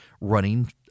running